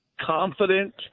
confident